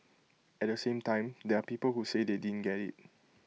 at the same time there are people who say they didn't get IT